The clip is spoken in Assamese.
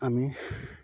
আমি